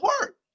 work